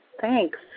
thanks